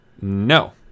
no